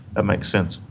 ah makes sense.